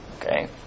Okay